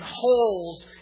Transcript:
holes